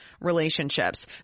relationships